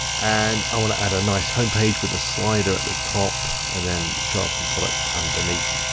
and i wanna add a nice homepage with a slider at the top and then show off some products underneath.